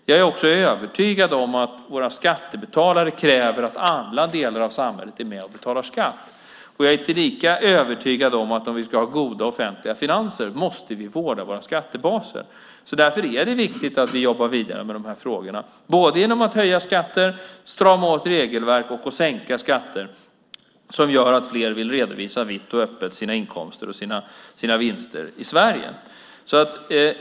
Jag är också övertygad om att våra skattebetalare kräver att alla delar av samhället är med och betalar skatt. Jag är lika övertygad om att vi, om vi ska ha goda offentliga finanser, måste vårda våra skattebaser. Därför är det viktigt att vi jobbar vidare med de här frågorna genom att höja skatter, strama åt regelverk och sänka skatter som gör att fler vitt och öppet vill redovisa sina inkomster och sina vinster i Sverige.